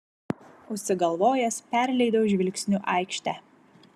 užsigalvojęs perleidau žvilgsniu aikštę